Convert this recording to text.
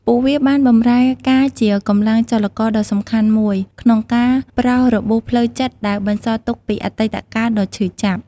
ពួកវាបានបម្រើការជាកម្លាំងចលករដ៏សំខាន់មួយ ក្នុងការប្រោសរបួសផ្លូវចិត្តដែលបន្សល់ទុកពីអតីតកាលដ៏ឈឺចាប់។